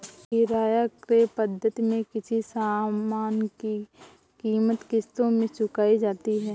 किराया क्रय पद्धति में किसी सामान की कीमत किश्तों में चुकाई जाती है